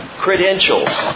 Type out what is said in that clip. credentials